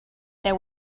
there